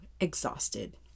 exhausted